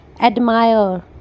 Admire